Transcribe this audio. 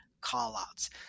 call-outs